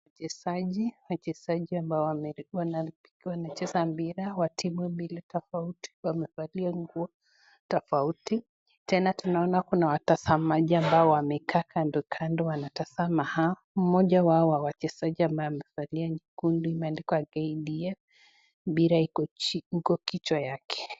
Wachezaji, wachezaji ambao wanacheza mpira, wa timu mbili tofauti wamevalia nguo tofauti, tena tunaona Kuna watazamaji ambao wamekaa kando kando wanatazama hao, moja wao wachezaji ambaye amevalia nyekundu ambayo imeandikwa Kdf mpira iko kichwa yake.